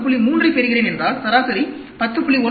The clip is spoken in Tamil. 3 ஐப் பெறுகிறேன் என்றால் சராசரி 10